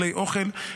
כלי אוכל,